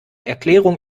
erklärung